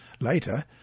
Later